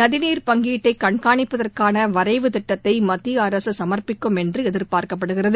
நதிநீர் பங்கீட்டை கண்காணிப்பதற்கான வரைவுத் திட்டத்தை மத்திய அரசு சமர்ப்பிக்கும் என்று எதிர்பார்க்கப்படுகிறது